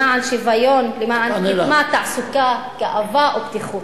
למען שוויון, למען קדמה, ותעסוקה, גאווה ופתיחות.